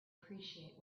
appreciate